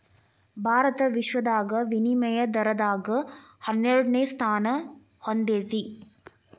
ಭಾರತ ವಿಶ್ವದಾಗ ವಿನಿಮಯ ದರದಾಗ ಹನ್ನೆರಡನೆ ಸ್ಥಾನಾ ಹೊಂದೇತಿ